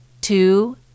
Two